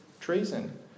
treason